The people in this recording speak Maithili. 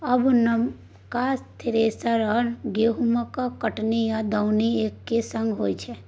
आब नबका थ्रेसर सँ गहुँमक कटनी आ दौनी एक्के संग होइ छै